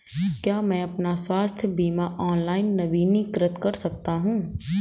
क्या मैं अपना स्वास्थ्य बीमा ऑनलाइन नवीनीकृत कर सकता हूँ?